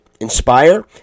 inspire